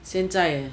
现在